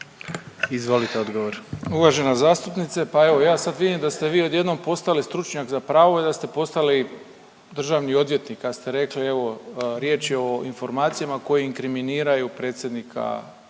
Ivan (HDZ)** Uvažena zastupnice, pa evo ja sad vidim da ste vi odjednom postali stručnjak za pravo i da ste postali državni odvjetnik kad ste rekli evo riječ je o informacijama koje inkriminiraju predsjednika